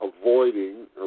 avoiding